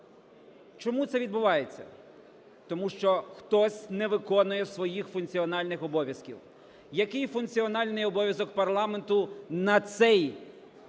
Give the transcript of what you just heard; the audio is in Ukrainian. Чому це відбувається? Тому що хтось не виконує своїх функціональних обов'язків. Який функціональний обов'язок парламенту на цей